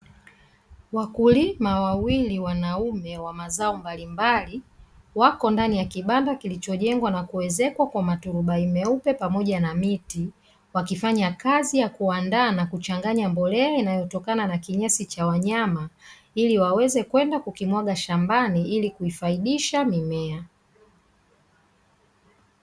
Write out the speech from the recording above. Wakulima wawili wanaume wa mazao mbalimbali, wako ndani ya kibanda kilichojengwa na kuezekwa kwa maturubai meupe pamoja na miti. Wakifanya kazi ya kuandaa na kuchanganya mbolea inayotokana na kinyesi cha wanyama ili waweze kwenda kukimwaga shambani ili kuifaidisha mimea.